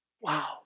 Wow